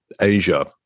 Asia